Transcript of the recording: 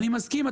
אני מסכים.